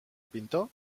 pintor